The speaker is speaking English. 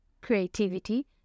creativity